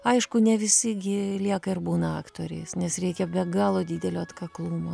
aišku ne visi gi lieka ir būna aktoriais nes reikia be galo didelio atkaklumo